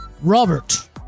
Robert